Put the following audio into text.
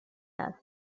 است